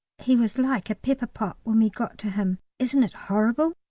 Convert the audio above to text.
he was like a pepper-pot when we got to him. isn't it horrible?